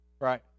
Right